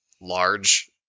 large